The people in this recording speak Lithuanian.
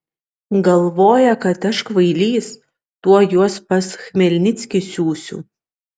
galvoja kad aš kvailys tuoj juos pas chmelnickį siųsiu